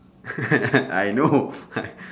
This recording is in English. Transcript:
I know